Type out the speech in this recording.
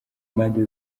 mpande